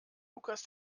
lukas